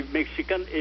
Mexican